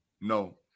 no